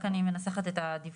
רק אני מנסחת את הדיווח.